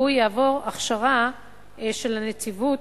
יעבור הכשרה של הנציבות,